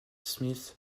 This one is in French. smith